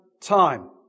time